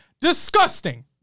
Disgusting